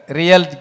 real